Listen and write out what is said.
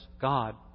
God